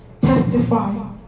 testify